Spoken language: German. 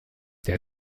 der